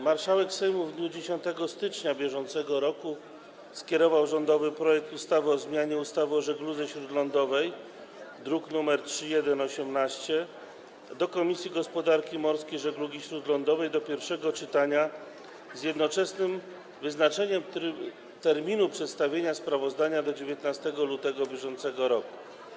Marszałek Sejmu w dniu 10 stycznia br. skierował rządowy projekt ustawy o zmianie ustawy o żegludze śródlądowej, druk nr 3118, do Komisji Gospodarki Morskiej i Żeglugi Śródlądowej do pierwszego czytania, z jednoczesnym wyznaczeniem terminu przedstawienia sprawozdania do 19 lutego br.